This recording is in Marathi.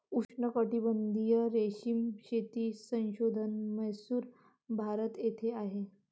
उष्णकटिबंधीय रेशीम शेती संशोधन म्हैसूर, भारत येथे आहे